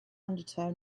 undertow